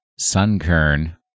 Sunkern